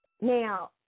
Now